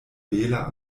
bela